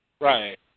Right